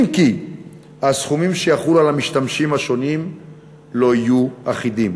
אם כי הסכומים שיחולו על המשתמשים השונים לא יהיו אחידים,